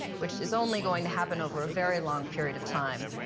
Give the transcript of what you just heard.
which is only going to happen over a very long period of time.